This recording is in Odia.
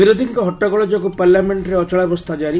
ବିରୋଧିକ ହଟ୍ଟଗୋଳ ଯୋଗୁଁ ପାର୍ଲାମେଷ୍ଟରେ ଅଚଳାବସ୍ଥା ଜାରି